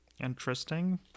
interesting